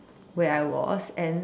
where I was and